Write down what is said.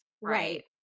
Right